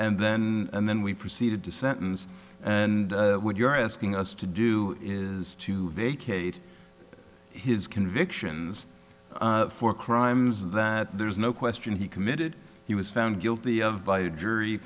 and then and then we proceeded to sentence and when you're asking us to do is to vacate his convictions for crimes that there's no question he committed he was found guilty by a jury